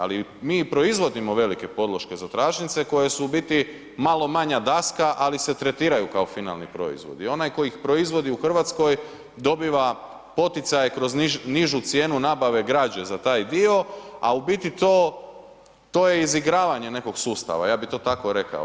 Ali mi i proizvodimo velike podloške za tračnice koje su u biti malo manja daska, ali se tretiraju kao finalni proizvodi i onaj tko ih proizvodi u Hrvatskoj dobiva poticaj kroz nižu cijenu nabave građe za taj dio, a to je izigravanje nekog sustava, ja bi to tako rekao.